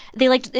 they, like they're